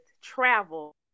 travel